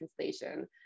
translation